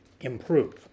improve